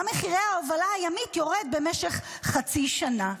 גם מחיר ההובלה ימית יורד במשך חצי שנה.